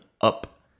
up